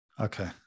Okay